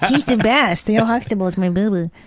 he's the best. theo huxtable is my boo-boo.